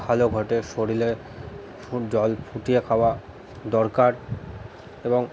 ভালো ঘটে শরীরে জল ফুটিয়ে খাওয়া দরকার এবং